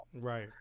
Right